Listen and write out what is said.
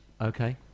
Okay